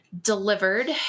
delivered